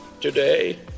Today